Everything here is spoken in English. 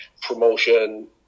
promotion